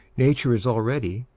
nature is already,